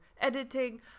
editing